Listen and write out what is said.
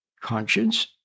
Conscience